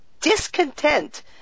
discontent